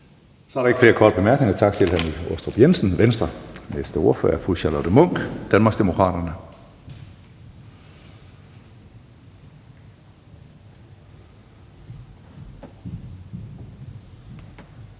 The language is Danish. Så er der ikke flere korte bemærkninger. Tak til hr. Michael Aastrup Jensen, Venstre. Den næste ordfører er fru Charlotte Munch, Danmarksdemokraterne. Kl.